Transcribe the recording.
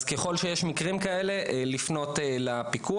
אז, ככל שיש מקרים כאלה, לפנות לפיקוח.